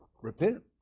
Repent